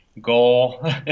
goal